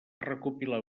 recopilar